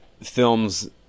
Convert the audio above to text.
films